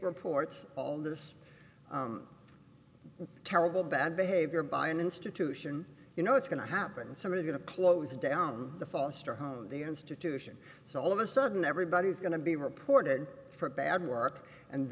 reports all this terrible bad behavior by an institution you know it's going to happen somebody's going to close down the foster home the institution so all of a sudden everybody's going to be reported for bad work and